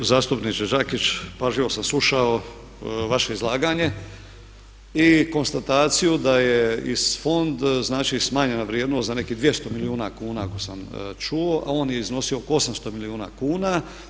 Uvaženi zastupniče Đakić pažljivo sam slušao vaše izlaganje i konstataciju da je fondu znači smanjena vrijednost za nekih 200 milijuna kuna ako sam čuo a on je iznosio oko 800 milijuna kuna.